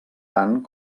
tant